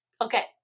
Okay